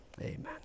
amen